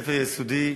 בבית-ספר יסודי,